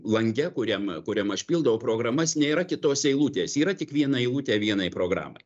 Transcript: lange kuriam kuriam aš pildau programas nėra kitos eilutės yra tik viena eilutė vienai programai